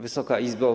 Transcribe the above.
Wysoka Izbo!